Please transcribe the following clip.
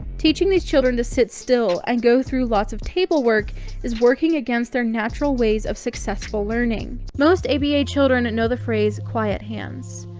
teaching these children to sit still and go through lots of table work is working against their natural ways of successful learning. most aba children and know the phrase quiet hands.